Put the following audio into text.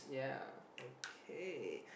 okay